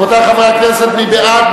רבותי חברי הכנסת, מי בעד?